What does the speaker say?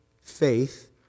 faith